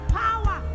power